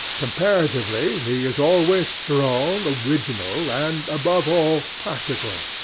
comparatively, he is always strong, original, and, above all, practical.